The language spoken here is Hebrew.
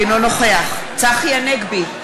אינו נוכח צחי הנגבי,